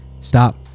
stop